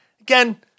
Again